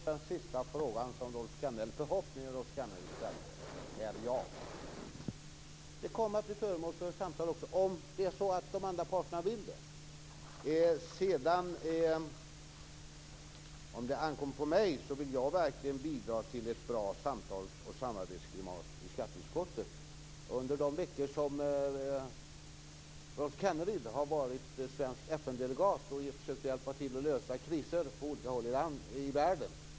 Fru talman! Svaret på den sista frågan eller förhoppningen från Rolf Kenneryd är ja. Också det kommer att bli föremål för samtal, om de andra parterna vill det. Vad vidare ankommer på mig vill jag verkligen bidra till ett bra samtals och samarbetsklimat i skatteutskottet. Under de veckor som Rolf Kenneryd har varit svensk FN-delegat har vi försökt hjälpa till med att lösa kriser på olika håll i världen.